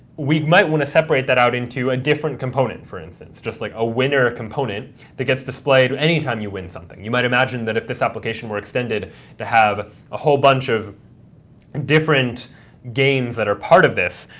we might want to separate that out into a different component, for instance, just like a winner component that gets displayed anytime you win something. you might imagine that if this application were extended to have a whole bunch of different games that are part of this,